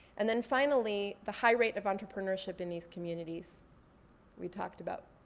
and then finally, the high rate of entrepreneurship in these communities we talked about.